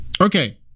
Okay